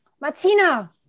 Martina